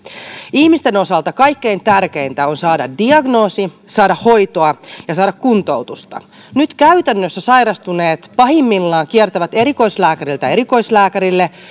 ihmisten osalta kaikkein tärkeintä on saada diagnoosi saada hoitoa ja saada kuntoutusta nyt käytännössä sairastuneet pahimmillaan kiertävät erikoislääkäriltä erikoislääkärille ja